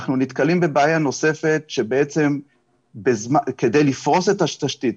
אנחנו נתקלים בבעיה נוספת שבעצם כדי לפרוס את התשתית,